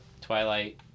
Twilight